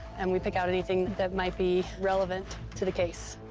and we pick out anything that might be relevant to the case.